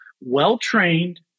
well-trained